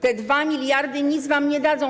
Te 2 mld nic wam nie dadzą.